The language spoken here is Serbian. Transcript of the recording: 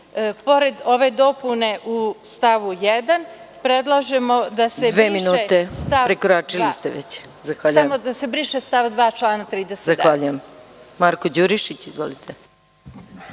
pored ove dopune u stavu 1, predlažemo da se briše stav 2. člana 39.